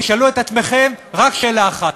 תשאלו את עצמכם רק שאלה אחת,